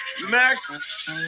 Max